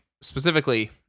specifically